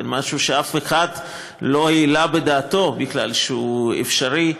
משהו שאף אחד לא העלה בדעתו בכלל שהוא אפשרי,